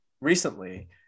recently